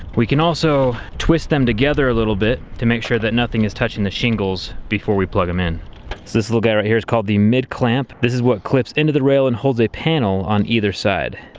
we can also twist them together a little bit to make sure that nothing is touching the shingles before we plug them in. so this little guy right here is called a mid-clamp. this is what clips into the rail and holds a panel on either side.